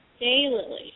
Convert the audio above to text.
Daylily